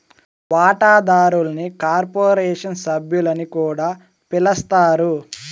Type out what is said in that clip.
వాటాదారుల్ని కార్పొరేషన్ సభ్యులని కూడా పిలస్తారు